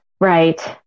right